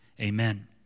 Amen